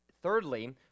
thirdly